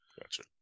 gotcha